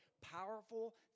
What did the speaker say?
Powerful